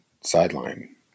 sideline